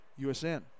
USN